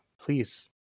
please